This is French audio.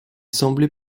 semblait